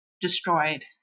destroyed